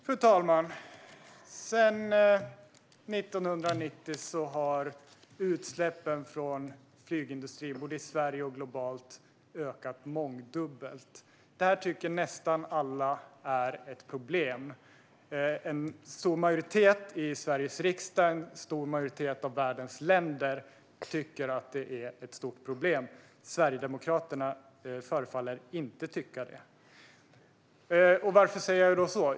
Fru talman! Sedan 1990 har utsläppen från flygindustrin, både i Sverige och globalt, ökat mångdubbelt. Detta tycker nästan alla är ett problem. En stor majoritet i Sveriges riksdag och en stor majoritet av världens länder tycker att detta är ett stort problem. Sverigedemokraterna förefaller inte tycka det. Varför säger jag så?